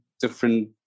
different